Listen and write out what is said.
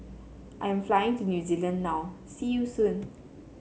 I am flying to New Zealand now see you soon